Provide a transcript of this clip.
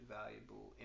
valuable